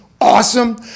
awesome